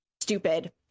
stupid